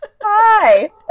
Hi